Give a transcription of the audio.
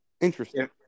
Interesting